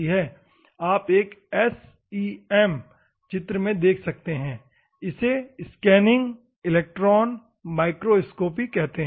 आप एक SEM चित्र देख सकते हैं इसे स्कैनिंग इलेक्ट्रान माइक्रोस्कोपी कहते है